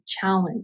challenge